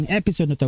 episode